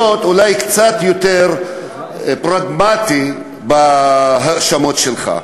להיות אולי קצת יותר פרגמטי בהאשמות שלך.